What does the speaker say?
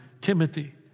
Timothy